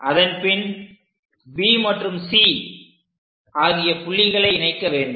அதன்பின் B மற்றும் C ஆகிய புள்ளிகளை இணைக்க வேண்டும்